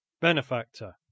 Benefactor